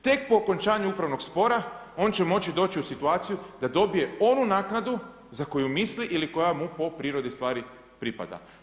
Tek po okončanju upravnog spora on će moći doći u situaciju da dobije onu naknadu za koju misli ili koja mu po prirodi stvari pripada.